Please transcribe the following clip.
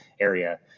area